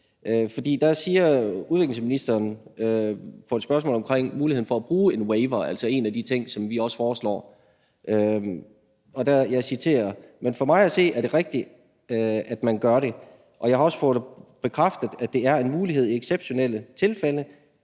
for der sagde udviklingsministeren på et spørgsmål omkring muligheden for at bruge en waiver, altså en af de ting, som vi også foreslår, og jeg citerer: Men for mig at se er det rigtigt, at man gør det, og jeg har også fået bekræftet, at det er en mulighed i exceptionelle tilfælde,